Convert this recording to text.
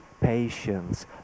patience